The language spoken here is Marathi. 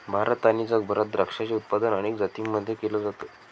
भारत आणि जगभरात द्राक्षाचे उत्पादन अनेक जातींमध्ये केल जात